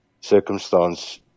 circumstance